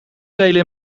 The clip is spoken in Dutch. telen